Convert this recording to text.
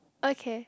okay